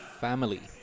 family